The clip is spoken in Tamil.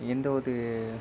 எந்த ஒரு